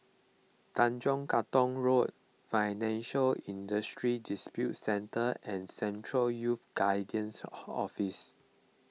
Tanjong Katong Road Financial Industry Disputes Center and Central Youth Guidance Office